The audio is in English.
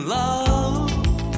love